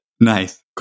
nice